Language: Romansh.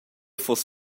fuss